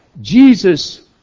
Jesus